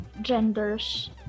genders